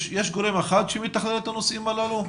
יש גורם אחד שמתכלל את הנושאים הללו?